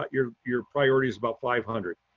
but your, your priorities about five hundred.